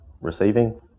receiving